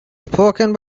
spoken